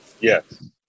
Yes